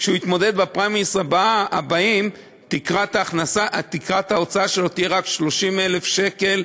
כשהוא יתמודד בפריימריז הבאים תקרת ההוצאה שלו תהיה רק 30,000 שקל,